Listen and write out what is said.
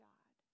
God